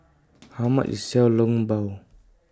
How much IS Xiao Long Bao